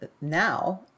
now